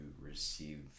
receive